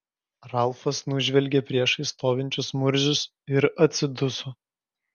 ralfas nužvelgė priešais stovinčius murzius ir atsiduso